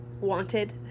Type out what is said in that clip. wanted